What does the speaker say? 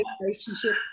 relationship